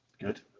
good